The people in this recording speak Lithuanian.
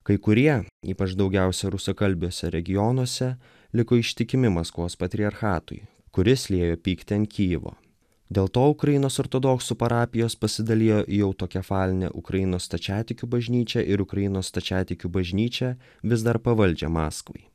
kai kurie ypač daugiausia rusakalbiuose regionuose liko ištikimi maskvos patriarchatui kuris liejo pyktį ant kijivo dėl to ukrainos ortodoksų parapijos pasidalijo į autokefalinę ukrainos stačiatikių bažnyčią ir ukrainos stačiatikių bažnyčią vis dar pavaldžią maskvai